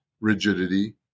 rigidity